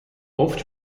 oft